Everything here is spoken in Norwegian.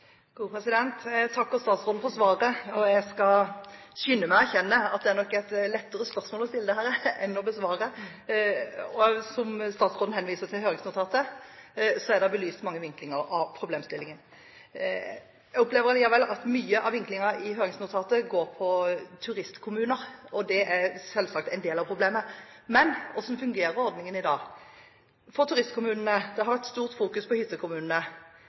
Jeg takker statsråden for svaret, og jeg skal skynde meg å erkjenne at dette nok er et lettere spørsmål å stille enn å besvare. Og som statsråden henviste til når det gjelder høringsnotatet, er det belyst mange vinklinger av problemstillingen. Jeg opplever at mye av vinklingen i høringsnotatet går på turistkommuner, og det er selvsagt en del av problemet. Men hvordan fungerer ordningen i dag for turistkommunene? Det har vært stort fokus på hyttekommunene,